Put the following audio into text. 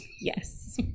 Yes